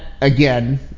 again